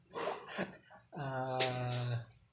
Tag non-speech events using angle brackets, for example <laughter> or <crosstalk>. <laughs> uh